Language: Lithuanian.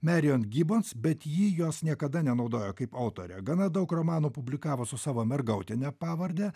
merion gibons bet ji jos niekada nenaudojo kaip autorė gana daug romanų publikavo su savo mergautine pavarde